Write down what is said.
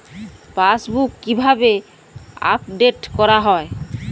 Passbook কিভাবে update করা হয়?